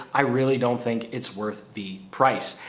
i really don't think it's worth the price.